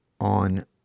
on